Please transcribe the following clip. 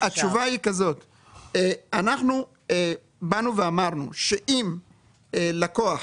התשובה היא שאנחנו באנו ואמרנו שאם לקוח